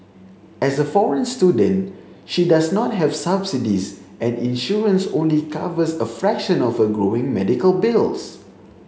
as a foreign student she does not have subsidies and insurance only covers a fraction of her growing medical bills